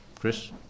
Chris